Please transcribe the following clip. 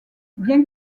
bien